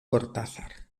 cortázar